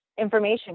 information